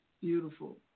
Beautiful